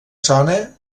zona